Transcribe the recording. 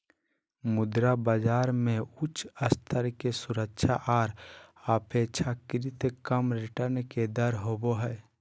मुद्रा बाजार मे उच्च स्तर के सुरक्षा आर अपेक्षाकृत कम रिटर्न के दर होवो हय